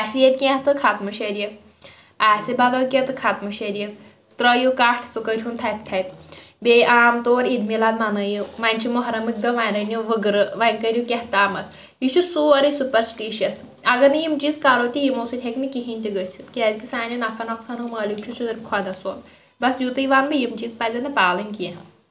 آسہِ ییٚتہِ کیٚنٛہہ تہٕ ختمہٕ شریٖف آسہِ بدَل کیٚنٛہہ تہٕ ختمہٕ شریٖف ترٲیِو کَٹھ سُہ کٔرِہُن ہُنٛد تھپہِ تھپہِ بیٚیہِ عام طور عیٖدملاد مَنٲیِو وۄنۍ چھِ محرمکۍ دۄہ وَنۍ رٔنِو وٕگرٕ وَنۍ کٔرِو کیٚنٛہہ تامَتھ یہِ چھُ سورُے سُپرسٹِشس اگر نہٕ یِم چیٖز کَرو تہِ یِمو سۭتۍ ہیٚکہِ نہٕ کِہیٖنۍ تہِ گٔژھتھ کیٛاز سانٮ۪ن نفع نۄقصانُک مٲلِک چھُ ُہس خۄدا صوب بَس یتُے وَنہٕ بہٕ یِم چیٖز پز نہٕ پالٕنۍ کیٚنٛہہ